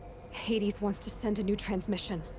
hades wants to send a new transmission.